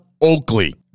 Oakley